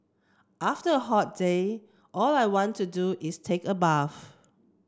after a hot day all I want to do is take a bath